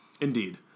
Indeed